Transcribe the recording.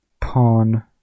pawn